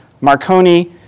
Marconi